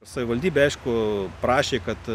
savivaldybė aišku prašė kad